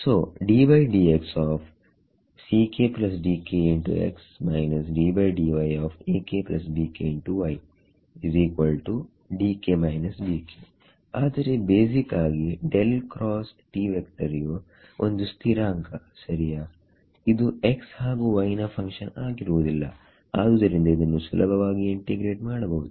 so ಆದರೆ basic ಆಗಿ u ಒಂದು ಸ್ಥಿರಾಂಕ ಸರಿಯಾಇದು x ಹಾಗು y ನ ಫಂಕ್ಷನ್ ಆಗಿರುವುದಿಲ್ಲ ಆದುದರಿಂದ ಇದನ್ನು ಸುಲಭ ವಾಗಿ ಇಂಟಿಗ್ರೇಟ್ ಮಾಡಬಹುದು